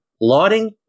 Lauding